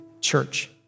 church